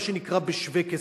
מה שנקרא בשווה-כסף,